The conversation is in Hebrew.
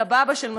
סבבה של מסלול,